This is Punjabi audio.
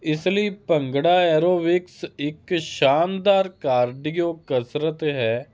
ਇਸ ਲਈ ਭੰਗੜਾ ਐਰੋਬਿਕਸ ਇੱਕ ਸ਼ਾਨਦਾਰ ਕਾਰਡੀਓ ਕਸਰਤ ਹੈ